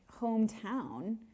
hometown